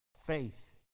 faith